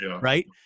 Right